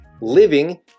living